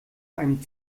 einem